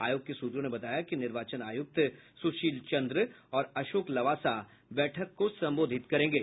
आयोग के सूत्रों ने बताया कि निर्वाचन आयुक्त सुशील चन्द्र और अशोक लवासा बैठक को संबोधित करेंगे